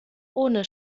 ohne